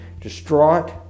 distraught